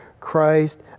Christ